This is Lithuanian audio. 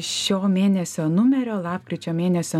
šio mėnesio numerio lapkričio mėnesio